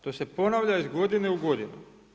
To se ponavlja iz godine u godinu.